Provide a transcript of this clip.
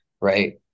right